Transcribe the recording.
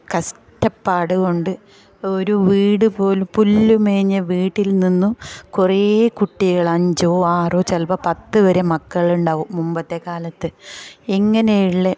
കഷ്ടപ്പാട് കൊണ്ട് ഒരു വീട് പോലും പുല്ല് മേഞ്ഞ വീട്ടിൽ നിന്നും കുറേ കുട്ടികൾ അഞ്ചോ ആറോ ചിലപ്പോൾ പത്ത് വരെ മക്കളുണ്ടാവും മുമ്പത്തെ കാലത്ത് എങ്ങനെയുള്ള